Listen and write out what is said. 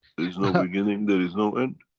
there is no beginning. there is no end.